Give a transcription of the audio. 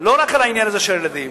לא רק על העניין הזה של הילדים,